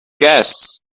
guests